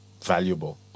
valuable